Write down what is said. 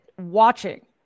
watching